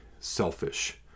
selfish